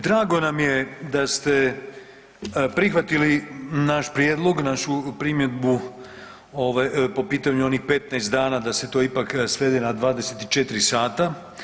Drago nam je da ste prihvatili naš prijedlog, našu primjedbu ovaj po pitanju onih 15 dana da se to ipak svede na 24 sata.